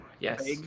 yes